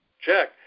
check